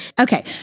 Okay